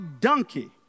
donkey